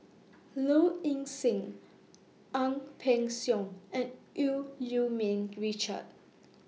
Low Ing Sing Ang Peng Siong and EU Ming Richard